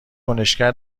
کنشگر